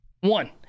One